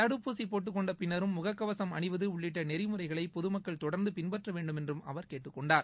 தடுப்பூசி போட்டுக் கொண்ட பின்னரும் முக கவசம் அணிவது உள்ளிட்ட நெறிமுறைகளை பொதுமக்கள் தொடர்ந்து பின்பற்ற வேண்டுமென்றும் அவர் கேட்டுக் கொண்டார்